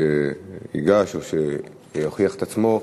ייגש או יציג את עצמו,